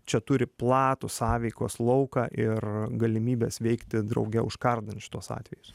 čia turi platų sąveikos lauką ir galimybes veikti drauge užkardant šituos atvejus